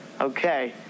Okay